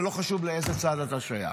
ולא חשוב לאיזה צד אתה שייך,